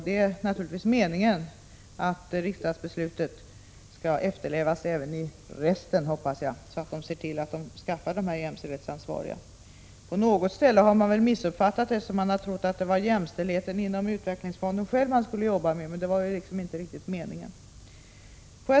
Det är naturligtvis meningen att riksdagsbeslutet skall efterlevas även i resten av utvecklingsfonderna, så att de ser till att skaffa jämställdhetsansvariga. På något ställe har man väl missuppfattat och trott att det var jämställdheten inom utvecklingsfonden själv som man skulle jobba med — men det var ju inte riktigt meningen.